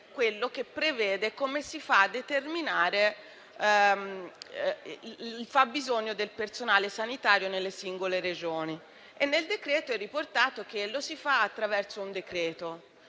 5, che prevede le modalità per determinare il fabbisogno di personale sanitario nelle singole Regioni. Nel decreto-legge è riportato che lo si fa attraverso un decreto